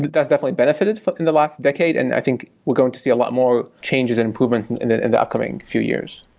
that's definitely benefited in the last decade, and i think we're going to see a lot more changes and improvement in the in the upcoming few years.